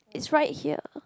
it's right here